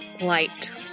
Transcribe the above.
light